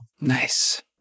Nice